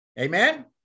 Amen